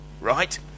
right